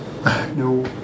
No